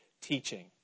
teaching